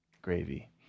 gravy